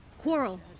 Quarrel